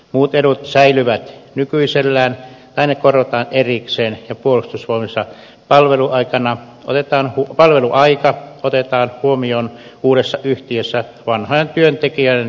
muut edut säilyvät nykyisellään tai ne korvataan erikseen ja puolustusvoimissa palveluaika otetaan huomioon uudessa yhtiössä vanhojen työntekijöiden periaatteen mukaisesti